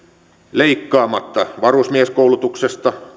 leikkaamatta varusmieskoulutuksesta